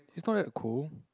it's not that cold